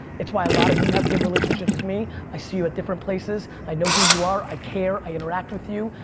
it's why a lot of you have good relationships with me. i see you at different places, i know who you are, i care, i interact with you.